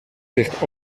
ligt